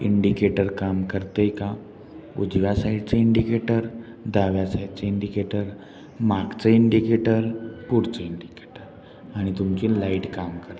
indicator काम करते का उजव्या साईडचं इंडिकेटर डाव्या साईडचं इंडिकेटर मागचं इंडिकेटर पुढचं इंडिकेटर आणि तुमची लाईट काम करते का